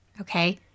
Okay